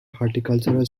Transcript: horticultural